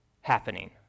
happening